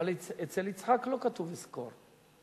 אבל אצל יצחק לא כתוב "אזכור".